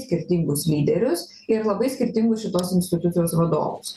skirtingus lyderius ir labai skirtingus šitos institucijos vadovus